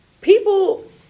people